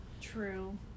True